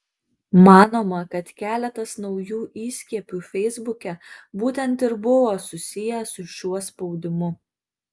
manoma kad keletas naujų įskiepių feisbuke būtent ir buvo susiję su šiuo spaudimu